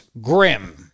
grim